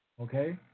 Okay